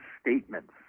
statements